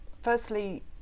Firstly